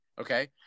Okay